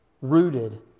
rooted